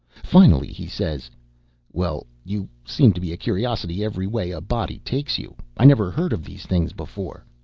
finally he says well, you seem to be a curiosity every way a body takes you. i never heard of these things before.